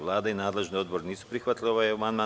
Vlada i nadležni odbor nisu prihvatili ovaj amandman.